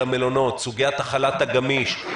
של המלונות סוגיית החל"ת הגמיש,